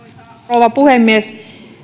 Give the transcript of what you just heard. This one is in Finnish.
rouva puhemies